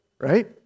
right